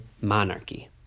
monarchy